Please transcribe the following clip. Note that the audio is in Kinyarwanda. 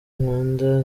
nkunda